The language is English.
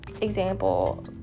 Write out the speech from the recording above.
example